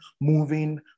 moving